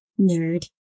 Nerd